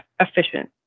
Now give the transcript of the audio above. efficient